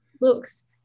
looks